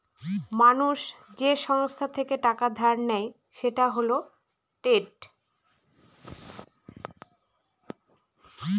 মানুষ যে সংস্থা থেকে টাকা ধার নেয় সেটা হল ডেট